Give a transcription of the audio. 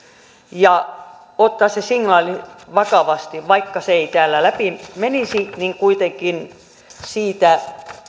ja ottaa se signaali vakavasti vaikka se ei täällä läpi menisi kuitenkin siitä